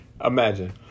Imagine